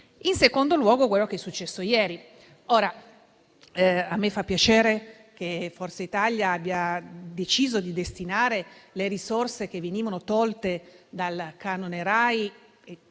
faccio notare quello che è successo ieri. A me fa piacere che Forza Italia abbia deciso di destinare le risorse che venivano tolte dal canone RAI